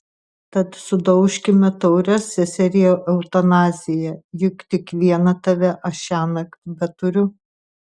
tad sudaužkime taures seserie eutanazija juk tik vieną tave aš šiąnakt beturiu